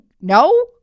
no